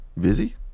busy